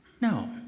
No